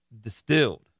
distilled